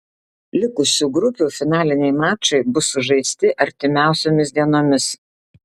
likusių grupių finaliniai mačai bus sužaisti artimiausiomis dienomis